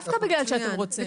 דווקא בגלל שאתם רוצים.